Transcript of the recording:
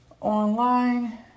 online